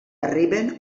arriben